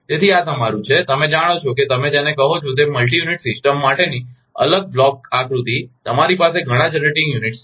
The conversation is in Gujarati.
તેથી આ તમારું છે તમે જાણો છો કે તમે જેને કહો છો તે મલ્ટિ યુનિટ સિસ્ટમ માટેની અલગ બ્લોક આકૃતિ તમારી પાસે ઘણાં જનરેટિંગ યુનિટ્સ છે